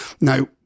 Now